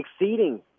Exceeding